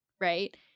right